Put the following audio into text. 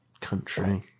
country